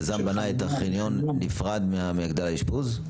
היזם בנה את החניון בנפרד ממגדל האשפוז?